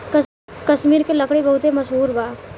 कश्मीर के लकड़ी बहुते मसहूर बा